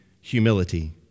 humility